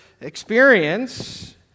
experience